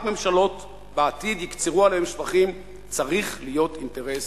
ממשלות בעתיד יקצרו עליהם שבחים צריך להיות אינטרס